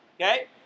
okay